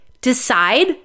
Decide